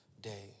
day